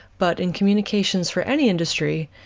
but in communications for any industry,